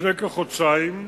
לפני כחודשיים,